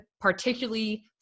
particularly